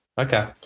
Okay